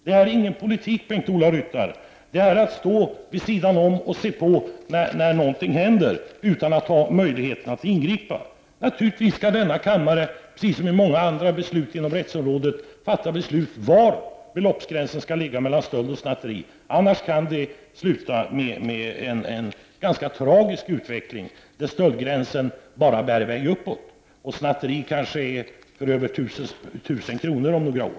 Det är ingen politik, Bengt-Ola Ryttar, utan det är att stå vid sidan om och se på när något händer utan att ha möjligheten att ingripa. Naturligtvis skall denna kammare, precis som i fråga om många andra beslut inom rättsområdet, fatta beslut var beloppsgränsen skall ligga mellan stöld och snatteri. Annars kan det sluta med en tragisk utveckling där stöldgränsen bara bär i väg uppåt och gränsen för snatteri kanske är över 1 000 kr. om några år.